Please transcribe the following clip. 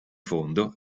fondo